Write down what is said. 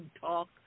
talk